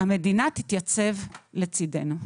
המדינה תתייצב לצידנו.